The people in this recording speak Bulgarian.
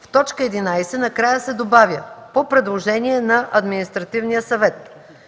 В т. 11 накрая се добавя „по предложение на Административния съвет”.